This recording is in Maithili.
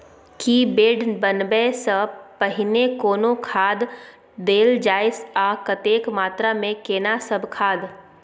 की बेड बनबै सॅ पहिने कोनो खाद देल जाय आ कतेक मात्रा मे केना सब खाद?